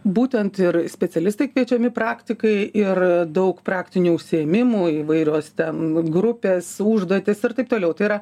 būtent ir specialistai kviečiami praktikai ir daug praktinių užsiėmimų įvairios ten grupės užduotys ir taip toliau tai yra